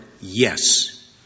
Yes